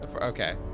Okay